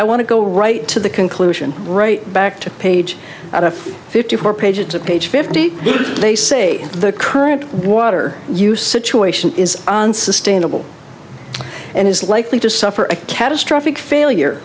i want to go right to the conclusion right back to page out of fifty four pages of page fifty they say the current water use situation is unsustainable and is likely to suffer a catastrophic failure